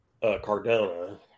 Cardona